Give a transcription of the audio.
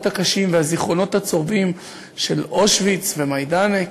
הקשים והזיכרונות הצורבים של אושוויץ ומיידנק,